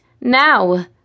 now